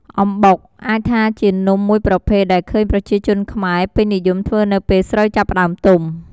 អំបុក អាចថាជានំមួយប្រភេទដែលឃើញប្រជាជនខ្មែរពេញនិយមធ្វើរនៅពេលស្រូវចាប់ផ្ដើមទុំ។